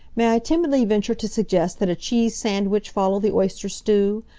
may i timidly venture to suggest that a cheese sandwich follow the oyster stew?